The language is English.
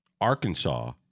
Arkansas